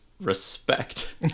respect